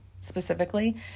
specifically